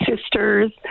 Sisters